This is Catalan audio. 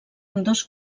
ambdós